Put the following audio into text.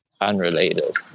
unrelated